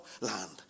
land